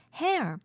hair